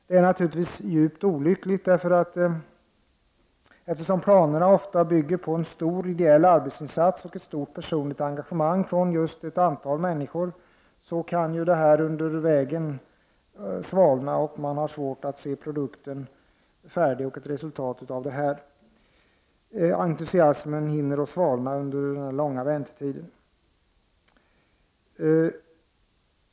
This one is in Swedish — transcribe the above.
Det är naturligtvis djupt olyckligt, eftersom planerna ofta bygger på en stor ideell arbetsinsats och ett stort personligt engagemang från ett antal människor. Intresset kanske minskar när man har svårt att se produkten och resultatet, och entusiasmen hinner svalna under den långa väntetiden.